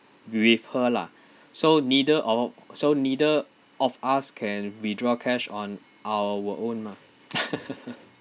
with her lah so neither of so neither of us can withdraw cash on our own lah